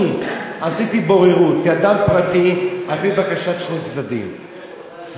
אני עשיתי בוררות כאדם פרטי על-פי בקשת שני צדדים,